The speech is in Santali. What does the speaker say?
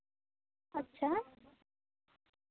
ᱟᱪᱪᱷᱟ